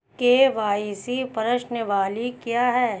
KYC प्रश्नावली क्या है?